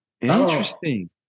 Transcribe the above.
Interesting